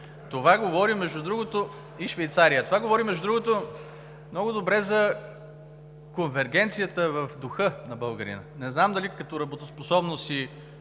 Това говори, между другото, много добре за конвергенцията в духа на българина. Не знам дали като работоспособност и